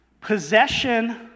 Possession